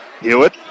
Hewitt